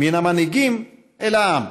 מן המנהיגים אל העם.